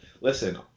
listen